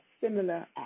similar